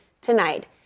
tonight